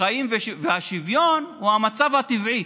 חיים והשוויון הוא המצב הטבעי,